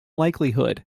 likelihood